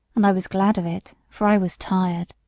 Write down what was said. and i was glad of it, for i was tired.